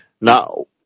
Now